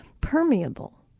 permeable